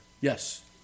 yes